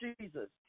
Jesus